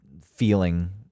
feeling